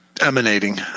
emanating